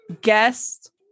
guest